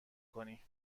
کنی